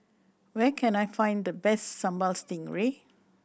where can I find the best Sambal Stingray